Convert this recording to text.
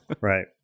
Right